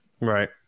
Right